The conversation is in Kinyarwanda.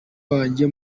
wanjye